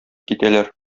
китәләр